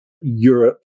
Europe